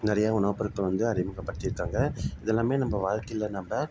நிறையா உணவுப் பொருட்கள் வந்து அறிமுகப்படுத்தியிருக்காங்க இதெல்லாமே நம்ம வாழ்க்கையில நம்ம